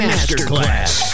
Masterclass